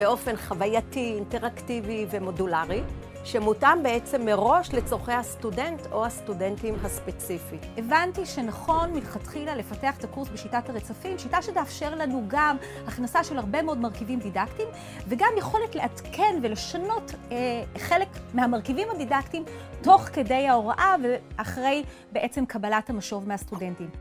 באופן חווייתי, אינטראקטיבי ומודולרי, שמותאם בעצם מראש לצורכי הסטודנט או הסטודנטים הספציפי. הבנתי שנכון מלכתחילה לפתח את הקורס בשיטת הרצפים, שיטה שתאפשר לנו גם הכנסה של הרבה מאוד מרכיבים דידקטיים וגם יכולת לעדכן ולשנות חלק מהמרכיבים הדידקטיים תוך כדי ההוראה ואחרי בעצם קבלת המשוב מהסטודנטים